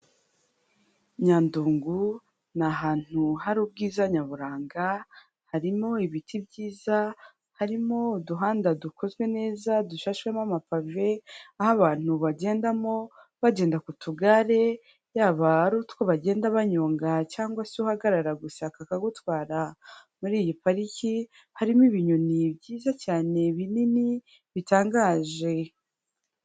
Nyandungu ni ahantu hari ubwiza nyaburanga, harimo ibiti byiza, harimo uduhanda dukozwe neza dushashemo amapave, aho abantu bagendamo bagenda ku tugare yaba ari utwo bagenda banyonga cyangwa se uhagarara gusa kakagutwara, muri iyi pariki harimo ibinyoni byiza cyane binini bitangaje.